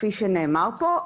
כפי שנאמר כאן,